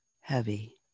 heavy